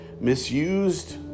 misused